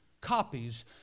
copies